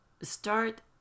start